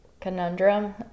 conundrum